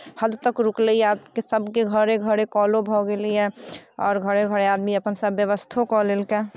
हद तक रुकलैए आब तऽ सभके घरे घरे कलो भऽ गेलैए आओर घरे घरे आदमी अपन सभ व्यवस्थो कऽ लेलकै